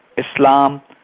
islam,